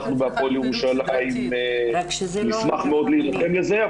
אנחנו בהפועל ירושלים נשמח מאוד להירתם לזה,